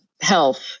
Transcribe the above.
health